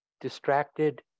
distracted